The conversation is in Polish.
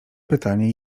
pytanie